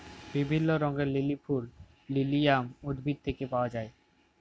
বিভিল্য রঙের লিলি ফুল লিলিয়াম উদ্ভিদ থেক্যে পাওয়া যায়